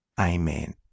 Amen